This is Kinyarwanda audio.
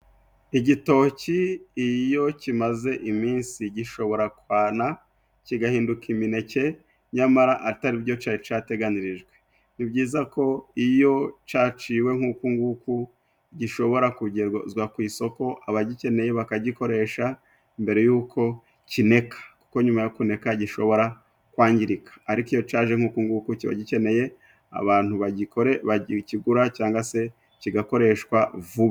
Igitoki iyo kimaze iminsi gishobora kwana kigahinduka imineke, nyamara atari byo cari categanirijwe. Ni byiza ko iyo caciwe nk'uku nguku gishobora kugezwa ku isoko abagikeneye bakagikoresha, mbere yuko kineka. Kuko nyuma yo kuneka gishobora kwangirika. Ariko iyo caje nk'uku nguku kiba gikeneye abantu bagikore bakigura cyangwa se kigakoreshwa vuba.